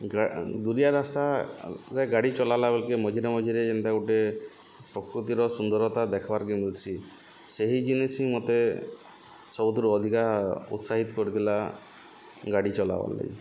ଦୁରିଆ ରାସ୍ତାରେ ଗାଡ଼ି ଚଲାଲା ବେଲ୍କେ ମଝିରେ ମଝିରେ ଯେନ୍ତା ଗୁଟେ ପ୍ରକୃତିର ସୁନ୍ଦରତା ଦେଖବାର୍ର୍କେ ମିିଲ୍ସି ସେହି ଜିନିଷ୍ ହିଁ ମତେ ସବୁଥିରୁ ଅଧିକା ଉତ୍ସାହିତ କରିଥିଲା ଗାଡ଼ି ଚଲାବାର୍ଲାଗି